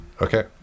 Okay